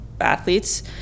athletes